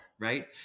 right